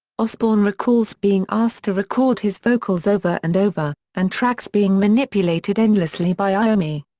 osbourne recalls being asked to record his vocals over and over, and tracks being manipulated endlessly by iommi.